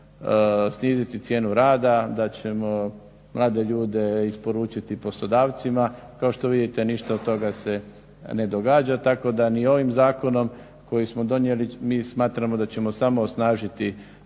da ćemo sniziti cijenu rada, da ćemo mlade ljude isporučiti poslodavcima. Kao što vidite ništa od toga se ne događa, tako da ni ovim zakonom koji smo donijeli mi smatramo da ćemo samo osnažiti scenu,